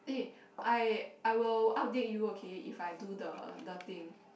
eh I I will update you okay if I do the the thing